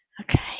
Okay